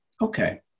Okay